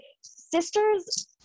sisters